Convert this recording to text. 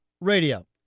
Radio